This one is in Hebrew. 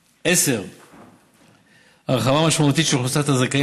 10. הרחבה משמעותית של אוכלוסיית הזכאים